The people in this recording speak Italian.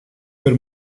per